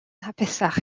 hapusach